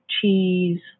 cheese